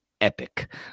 epic